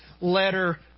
letter